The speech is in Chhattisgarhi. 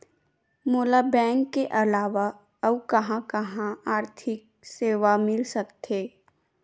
मोला बैंक के अलावा आऊ कहां कहा आर्थिक सेवा मिल सकथे?